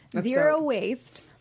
zero-waste